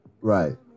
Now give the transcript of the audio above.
Right